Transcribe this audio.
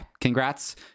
congrats